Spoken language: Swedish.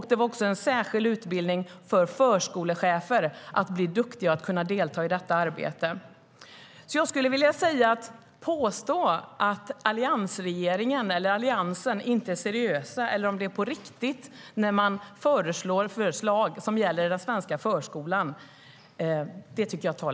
Det var också en särskild utbildning för förskolechefer för att de skulle bli duktiga och kunna delta i detta arbete.